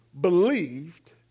believed